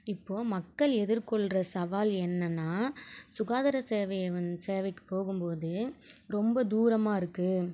இப்போது மக்கள் எதிர்கொள்கிற சவால் என்னன்னால் சுகாதார சேவையை வந்து சேவைக்கு போகும் போது ரொம்ப தூரமாக இருக்குது